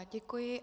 Děkuji.